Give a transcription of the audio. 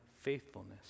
faithfulness